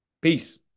Peace